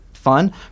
fun